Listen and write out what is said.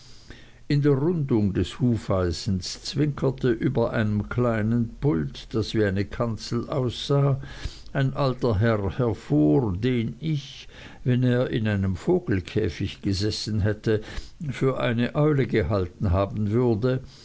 in der rundung des hufeisens zwinkerte über einem kleinen pult das wie eine kanzel aussah ein alter herr hervor den ich wenn er in einem vogelkäfig gesessen hätte für eine eule gehalten haben würde